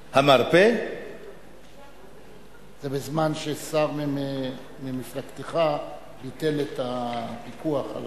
המרפא, זה בזמן ששר ממפלגתך ביטל את הפיקוח על